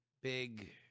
big